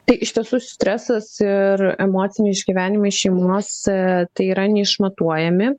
tai iš tiesų stresas ir emociniai išgyvenimai šeimose tai yra neišmatuojami